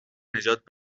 نجات